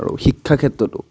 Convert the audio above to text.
আৰু শিক্ষাৰ ক্ষেত্ৰটো